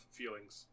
feelings